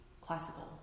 classical